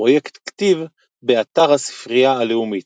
בפרויקט "כתיב" באתר הספרייה הלאומית